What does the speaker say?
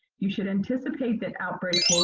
you should anticipate that outbreaks